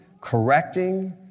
correcting